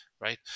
right